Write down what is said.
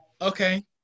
okay